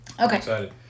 Okay